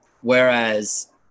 Whereas